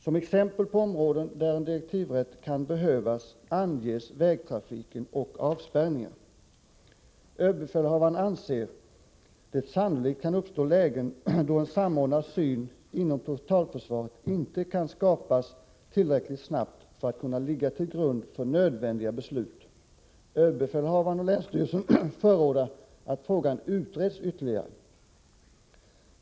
Som exempel på områden där en direktivrätt kan behövas anges vägtrafiken och avspärrningar. Överbefälhavaren anser att det sannolikt kan uppstå lägen då en samordnad syn inom totalförsvaret inte kan skapas tillräckligt snabbt för att kunna ligga till grund för nödvändiga beslut. Överbefälhavaren och länsstyrelsen förordar att frågan utreds ytterligare.